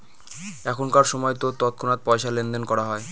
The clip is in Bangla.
এখনকার সময়তো তৎক্ষণাৎ পয়সা লেনদেন করা হয়